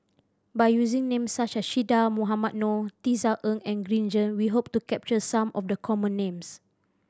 by using names such as Che Dah Mohamed Noor Tisa Ng and Green Zeng we hope to capture some of the common names